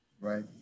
Right